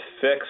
fix